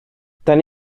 rydyn